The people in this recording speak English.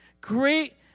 great